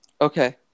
Okay